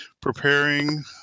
preparing